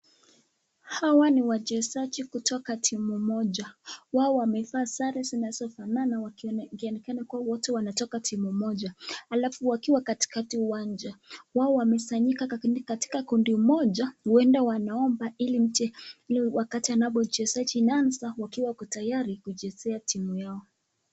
Hawa ni wachezaji kutoka timu moja, wao wamevaa sare zinazofanana wakionekana wote wanatoka timu moja. Halafu wakiwa katikati uwanjani, wao wamekusanyika katika kundi moja, huenda wanaomba ili wakati wanapo chezaji inaanza wako tayari kuchezea timu yao.